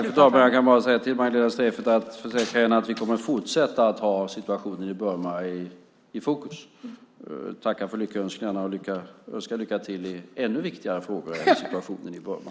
Fru talman! Jag kan bara försäkra Magdalena Streijffert om att vi kommer att fortsätta att ha situationen i Burma i fokus. Jag tackar för lyckönskningarna och önskar lycka till i ännu viktigare frågor än situationen i Burma!